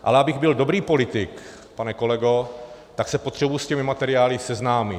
Ale abych byl dobrý politik, pane kolego, tak se potřebuji s těmi materiály seznámit.